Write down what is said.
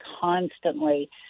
constantly